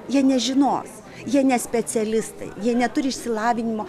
jei nežinos jie ne specialistai jie neturi išsilavinimo